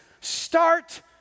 start